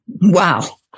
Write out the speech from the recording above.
Wow